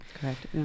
correct